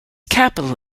capital